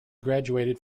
graduated